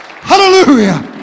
Hallelujah